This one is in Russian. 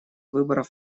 выборов